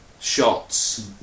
Shots